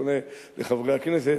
פונה לחברי הכנסת,